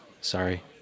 sorry